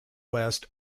west